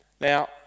Now